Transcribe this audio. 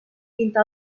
pinta